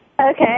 Okay